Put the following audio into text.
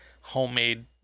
homemade